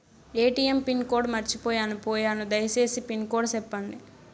ATM pin code మర్చిపోయాను పోయాను దయసేసి పిన్ కోడ్ సెప్పండి?